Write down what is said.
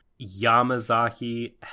Yamazaki